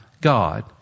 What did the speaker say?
God